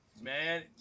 Man